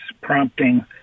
prompting